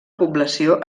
població